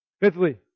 Fifthly